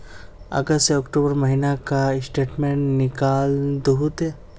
अगस्त से अक्टूबर महीना का स्टेटमेंट निकाल दहु ते?